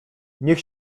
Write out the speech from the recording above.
niech